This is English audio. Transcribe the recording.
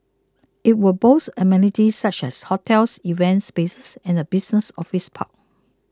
it will boast amenities such as hotels events spaces and a business office park